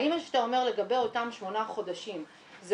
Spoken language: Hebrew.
האם מה שאתה אומר לגבי אותם שמונה חודשים זה